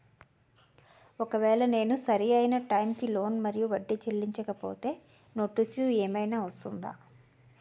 ఒకవేళ నేను సరి అయినా టైం కి లోన్ మరియు వడ్డీ చెల్లించకపోతే నోటీసు ఏమైనా వస్తుందా?